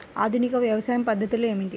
ఆధునిక వ్యవసాయ పద్ధతులు ఏమిటి?